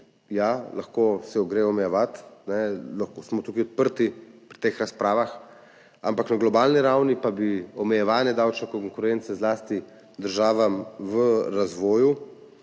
ja, lahko se jo omeji, lahko smo tukaj odprti pri teh razpravah, ampak na globalni ravni pa bi omejevanje davčne konkurence zlasti državam v razvoju,